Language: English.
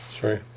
sorry